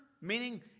meaning